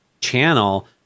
channel